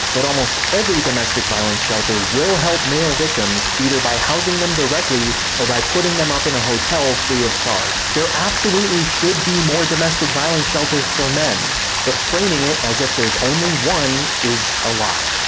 but almost every domestic violence shelter will help male victims either by housing them directly or by putting them in a hotel, free of charge. there absolutely should be more domestic violence shelters for men but framing it as if there's only one is a lie.